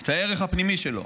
את הערך הפנימי שלו.